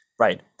Right